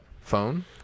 Phone